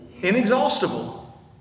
Inexhaustible